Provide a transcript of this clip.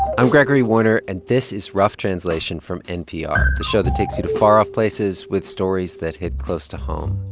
i'm gregory warner. and this is rough translation from npr, the show that takes you to far-off places with stories that hit close to home.